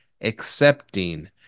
Accepting